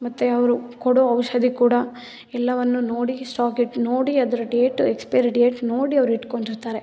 ಮತ್ತು ಅವರು ಕೊಡೋ ಔಷಧಿ ಕೂಡ ಎಲ್ಲವನ್ನು ನೋಡಿ ಸ್ಟಾಕ್ ಇಟ್ಟು ನೋಡಿ ಅದ್ರ ಡೇಟ್ ಎಕ್ಸ್ಪೈರಿ ಡೇಟ್ ನೋಡಿ ಅವ್ರು ಇಟ್ಟುಕೊಂಡಿರ್ತಾರೆ